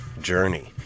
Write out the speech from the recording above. journey